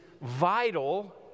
vital